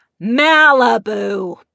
Malibu